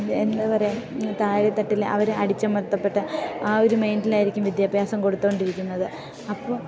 എന്താ പറയുക താഴെ തട്ടില് അവരെ അടിച്ചമർത്തപ്പെട്ട ആ ഒരു മെൈൻഡിലായിരിക്കും വിദ്യാഭ്യാസം കൊടുത്തുകൊണ്ടിരിക്കുന്നത് അപ്പോൾ